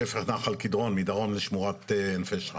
שפך נחל קדרון מדרום לשמורת עין פשחה.